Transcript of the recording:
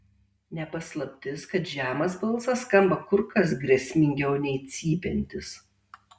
ne paslaptis kad žemas balsas skamba kur kas grėsmingiau nei cypiantis